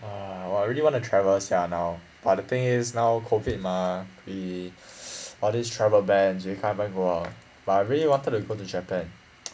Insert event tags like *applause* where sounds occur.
!wah! I really want to travel sia now but the thing is now COVID mah if *breath* all these travel bans you can't even go out but I really wanted to go to japan